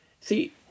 See